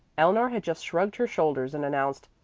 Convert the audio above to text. eleanor had just shrugged her shoulders and announced,